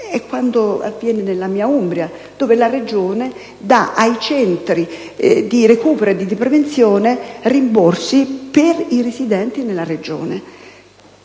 È quanto avviene nella mia Umbria, dove la Regione dà ai centri di recupero e di prevenzione rimborsi solo per i residenti nella Regione.